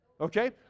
Okay